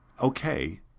okay